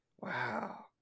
wow